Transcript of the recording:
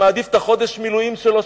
אני מעדיף את חודש המילואים שלו,